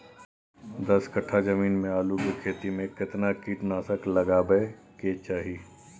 दस कट्ठा जमीन में आलू के खेती म केतना कीट नासक लगबै के चाही?